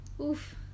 oof